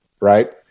Right